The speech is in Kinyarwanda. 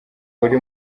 uri